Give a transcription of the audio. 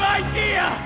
idea